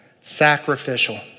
sacrificial